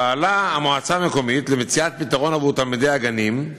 פעלה המועצה המקומית למציאת פתרון עבור תלמידי הגנים,